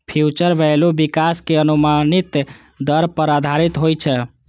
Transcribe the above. future value विकास के अनुमानित दर पर आधारित होइ छै